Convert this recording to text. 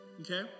okay